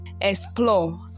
explore